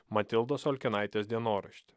matildos olkinaitės dienoraštį